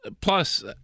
plus